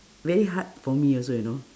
very hard for me also you know